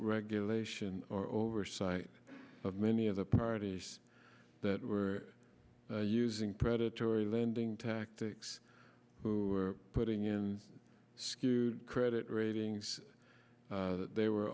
regulation or oversight of many of the parties that were using predatory lending tactics who were putting in skewed credit ratings they were